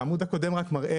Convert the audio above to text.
העמוד הקודם מראה